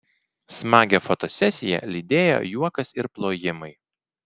smagią fotosesiją lydėjo juokas ir plojimai